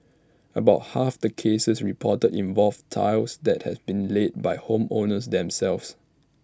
about half the cases reported involved tiles that had been laid by home owners themselves